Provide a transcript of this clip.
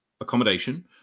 accommodation